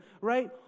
right